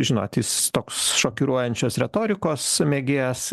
žinot jis toks šokiruojančios retorikos mėgėjas